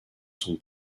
son